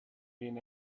been